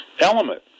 element